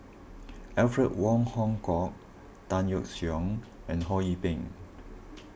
Alfred Wong Hong Kwok Tan Yeok Seong and Ho Yee Ping